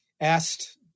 asked